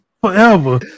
forever